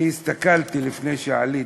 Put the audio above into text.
אני הסתכלתי לפני שעלית.